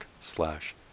slash